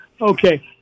Okay